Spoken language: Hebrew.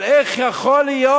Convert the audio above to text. אבל איך יכול להיות,